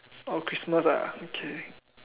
oh Christmas ah okay